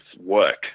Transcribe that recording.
work